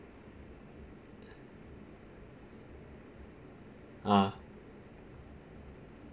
uh